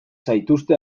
zaituzte